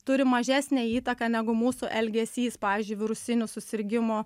turi mažesnę įtaką negu mūsų elgesys pavyzdžiui virusinių susirgimų